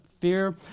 fear